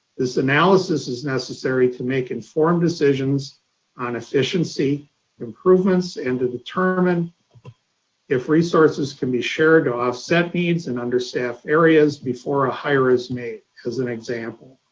this analysis is necessary to make informed decisions on efficiency improvements and to determine if resources can be shared to offset needs and understaffed areas before a hire is made as an example.